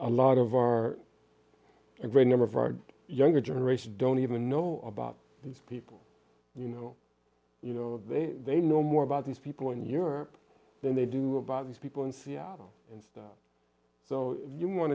number of our younger generation don't even know about these people you know you know they they know more about these people in europe than they do about these people in seattle and stuff so you want